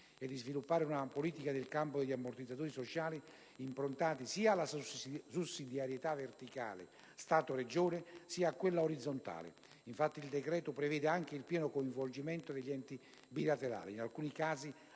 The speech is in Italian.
e di sviluppare una politica nel campo degli ammortizzatori sociali improntata sia alla sussidiarietà verticale (tra Stato e Regioni) sia alla sussidiarietà orizzontale (infatti, il decreto n. 185 prevede il pieno coinvolgimento degli enti bilaterali, in alcuni casi